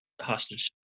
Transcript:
hostage